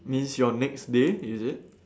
means your next day is it